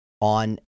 on